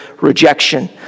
rejection